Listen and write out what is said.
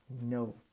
no